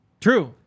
True